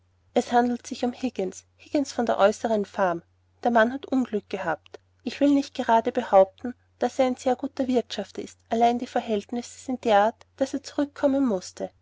es handelt sich um higgins higgins von der äußeren farm der mann hat unglück gehabt ich will nicht gerade behaupten daß er ein sehr guter wirtschafter ist allein die verhältnisse sind derart daß er zurückkommen mußte